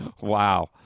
Wow